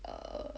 err